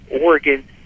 Oregon